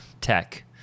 tech